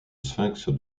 sphinx